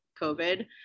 COVID